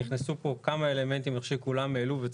נכנסו פה כמה אלמנטים שכולם העלו.